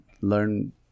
learn